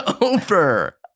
over